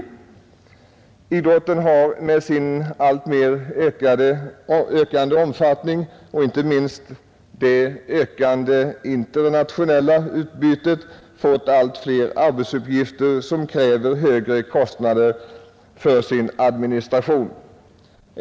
Idrotten har på grund av sin alltmer ökande omfattning och inte minst på grund av det ökande internationella utbytet fått allt fler arbetsuppgifter som kräver högre kostnader för sin administration.